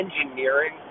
engineering